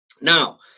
Now